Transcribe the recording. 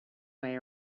way